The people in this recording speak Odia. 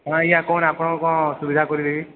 ହଁ ଆଜ୍ଞା କ'ଣ ଆପଣଙ୍କୁ କ'ଣ ସୁବିଧା କରିଦେବି